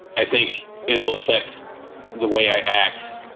i think it will affect the way i act.